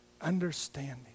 understanding